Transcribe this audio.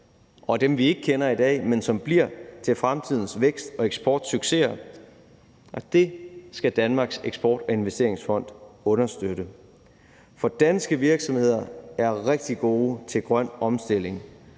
og dem, vi ikke kender i dag, men som bliver til fremtidens vækst- og eksportsucceser. Det skal Danmarks Eksport- og Investeringsfond understøtte. For danske virksomheder er rigtig gode til grøn omstilling,